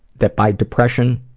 that by depression,